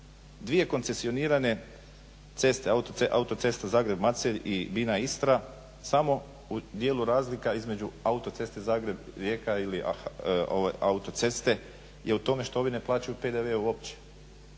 Dvije koncesionirane ceste, autocesta Zagreb-Macelj i Bina-Istra samo u djelu razlika između autoceste Zagreb-Rijeka ili autoceste je u tome što ovi ne plaćaju PDV uopće,